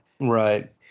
Right